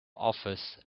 office